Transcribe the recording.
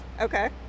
Okay